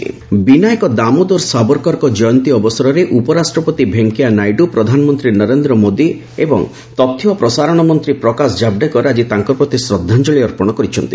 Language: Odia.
ସାବରକର ଟ୍ରିବୁଟ୍ ବିନାୟକ ଦାମୋଦର ସାବରକରଙ୍କ ଜୟନ୍ତୀ ଅବସରରେ ଉପରାଷ୍ଟ୍ରପତି ଭେଙ୍କେୟା ନାଇଡୁ ପ୍ରଧାନମନ୍ତ୍ରୀ ନରେନ୍ଦ୍ର ମୋଦି ଏବଂ ତଥ୍ୟ ଓ ପ୍ରସାରଣ ମନ୍ତ୍ରୀ ପ୍ରକାଶ ଜାଭେଡକର ଆଜି ତାଙ୍କ ପ୍ରତି ଶ୍ରଦ୍ଧାଞ୍ଜଳି ଅର୍ପଣ କରିଛନ୍ତି